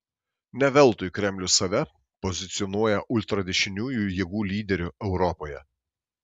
ne veltui kremlius save pozicionuoja ultradešiniųjų jėgų lyderiu europoje